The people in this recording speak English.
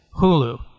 Hulu